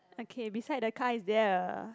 okay beside the car is there a